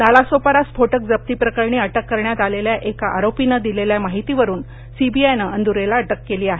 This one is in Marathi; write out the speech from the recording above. नालासोपारा स्फोटक जप्ती प्रकरणी अटक करण्यात आलेल्या एका आरोपीनं दिलेल्या माहितीवरून सीबीआयनं अंदूरेला अटक केली आहे